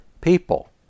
people